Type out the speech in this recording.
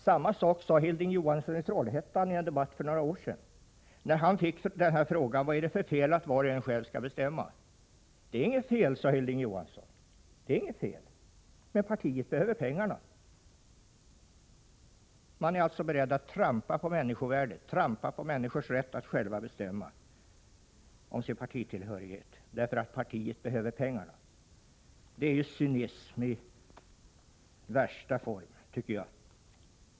Samma sak sade Hilding Johanssson i Trollhättan i en debatt för några år sedan, då han fick frågan: Vad är det för fel att var och en själv skall bestämma? Det är inget fel, sade Hilding Johansson. Men partiet behöver pengarna. Man är alltså beredd att så att säga trampa på människovärdet, trampa på människors rätt att själva bestämma om sin partitillhörighet, därför att partiet behöver pengarna. Det är cynism av värsta slag, tycker jag.